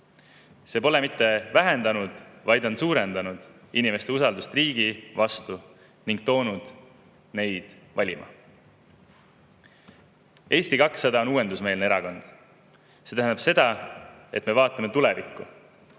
See pole mitte vähendanud, vaid on suurendanud inimeste usaldust riigi vastu ning toonud neid valima. Eesti 200 on uuendusmeelne erakond. See tähendab seda, et me vaatame tulevikku.